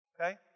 Okay